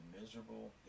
miserable